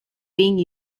being